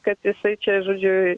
kad jisai čia žodžiu